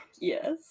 Yes